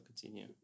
continue